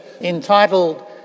entitled